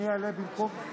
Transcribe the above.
אני אעלה במקום,